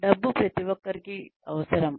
డబ్బు ప్రతి ఒక్కరికి డబ్బు అవసరం